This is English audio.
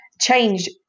change